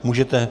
Můžete.